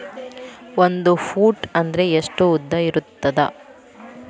ಒಂದು ಫೂಟ್ ಅಂದ್ರೆ ಎಷ್ಟು ಉದ್ದ ಇರುತ್ತದ?